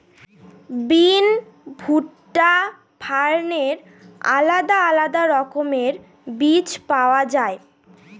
বিন, ভুট্টা, ফার্নের আলাদা আলাদা রকমের বীজ পাওয়া যায়